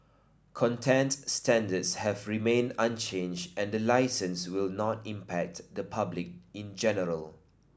content standards have remained unchanged and the licence will not impact the public in general